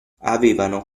avevano